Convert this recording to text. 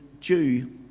Jew